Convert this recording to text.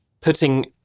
putting